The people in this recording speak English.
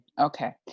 Okay